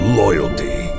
loyalty